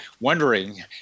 wondering